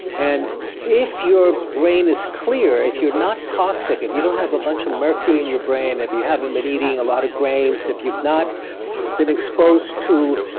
and if your brain is clear, if you're not toxic, if you don't have a bunch of mercury in your brain, if you haven't been eating a lot of grains, if you've not been exposed to.